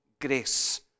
grace